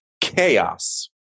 chaos